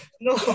No